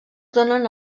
donen